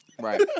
Right